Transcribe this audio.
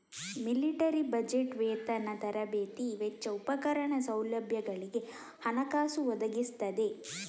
military budget ವೇತನ, ತರಬೇತಿ ವೆಚ್ಚ, ಉಪಕರಣ, ಸೌಲಭ್ಯಗಳಿಗೆ ಹಣಕಾಸು ಒದಗಿಸ್ತದೆ